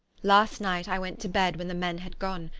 last night i went to bed when the men had gone,